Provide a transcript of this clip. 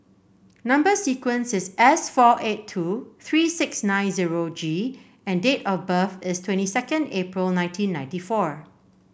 number sequence is S four eight two three six nine zero G and date of birth is twenty second April nineteen ninety four